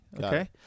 Okay